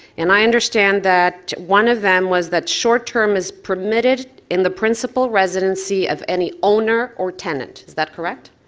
and i understand that one of them was that short term is permitted in the principal resident residency of any owner or tenant, is that correct?